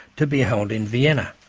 to be held in vienna.